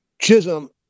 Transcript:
Chisholm